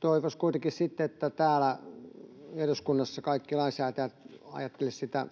Toivoisi kuitenkin sitten, että täällä eduskunnassa kaikki lainsäätäjät ajattelisivat sitä